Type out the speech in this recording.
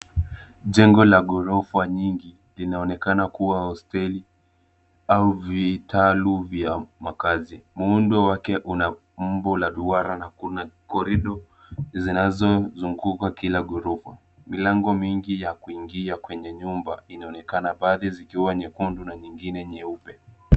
Jengo la ghorofa nyingi linaonekana kuwa hosteli au vitalu vya makaazi, muundo wake una umbo la duara na kuna korido zinazozunguka kila ghorofa. Milango mingi ya kuingia kwenye nyumba inaonekana baadhi zikiwa nyekundu na nyingine nyeupe.